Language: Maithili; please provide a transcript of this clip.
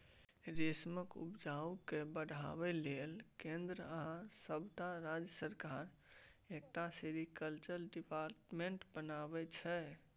रेशमक उपजा केँ बढ़ाबै लेल केंद्र आ सबटा राज्य सरकार एकटा सेरीकल्चर डिपार्टमेंट बनेने छै